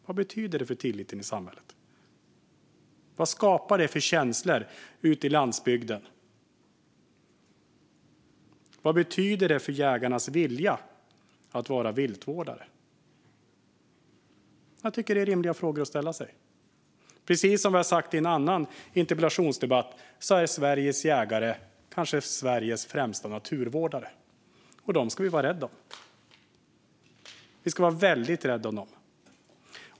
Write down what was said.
Vad betyder det för tilliten i samhället? Vad skapar det för känslor ute på landsbygden? Vad betyder det för jägarnas vilja att vara viltvårdare? Jag tycker att det är rimliga frågor att ställa sig. Precis som vi har sagt i en annan interpellationsdebatt är Sveriges jägare Sveriges kanske främsta naturvårdare. Vi ska vara väldigt rädda om dem.